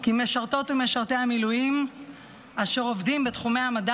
כי משרתות ומשרתי המילואים אשר עובדים בתחומי המדע